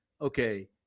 Okay